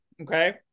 Okay